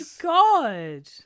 God